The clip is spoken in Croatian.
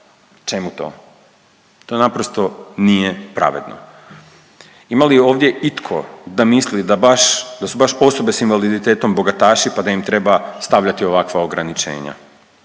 Čemu to? To naprosto nije pravedno. Ima li ovdje itko da misli da baš, da su baš osobe s invaliditetom bogataši pa da im treba stavljati ovakva ograničenja.